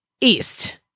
east